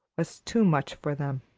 was too much for them.